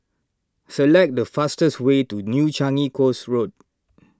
select the fastest way to New Changi Coast Road